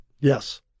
Yes